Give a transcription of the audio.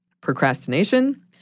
procrastination